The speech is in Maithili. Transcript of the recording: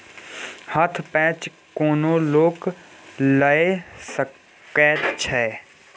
हथ पैंच कोनो लोक लए सकैत छै